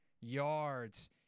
yards